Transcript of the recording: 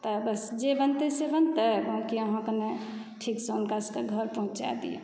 तऽ बस जे बनतय से बनतय बाकी अहाँ कने ठीकसँ हुनका सभकेँ घर पहुँचाय दिऔ